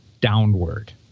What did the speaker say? downward